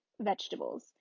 vegetables